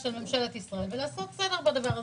של ממשלת ישראל ולעשות סדר בדבר הזה,